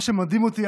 מה שמדהים אותי,